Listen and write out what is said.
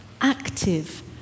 active